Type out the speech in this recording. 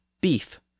beef